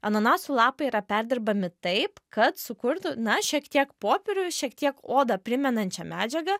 ananasų lapai yra perdirbami taip kad sukurtų na šiek tiek popierių šiek tiek odą primenančią medžiagą